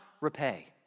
repay